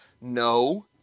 No